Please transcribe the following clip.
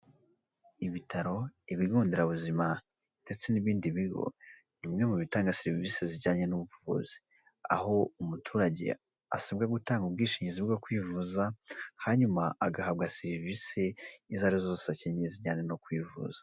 Ibitaro, ibigo nderabuzima, ndetse n'ibindi bigo ni bimwe mu bitanga serivisi zijyanye n'ubuvuzi; aho umuturage asabwa gutanga ubwishingizi bwo kwivuza hanyuma agahabwa serivisi izo ari zose akinnye zijyanye no kwivuza.